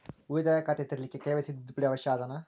ಉಳಿತಾಯ ಖಾತೆ ತೆರಿಲಿಕ್ಕೆ ಕೆ.ವೈ.ಸಿ ತಿದ್ದುಪಡಿ ಅವಶ್ಯ ಅದನಾ?